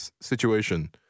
situation